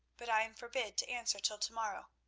but i am forbid to answer till to-morrow.